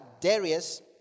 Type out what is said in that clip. Darius